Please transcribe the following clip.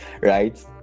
right